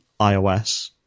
iOS